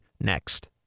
next